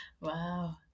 Wow